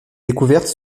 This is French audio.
découvertes